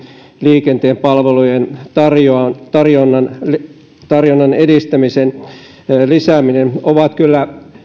liikenteen palvelujen tarjonnan edistäminen ovat kyllä